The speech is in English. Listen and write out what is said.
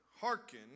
hearken